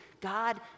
God